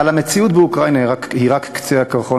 אבל המציאות באוקראינה היא רק קצה הקרחון,